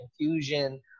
confusion